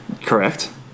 Correct